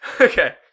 okay